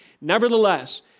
Nevertheless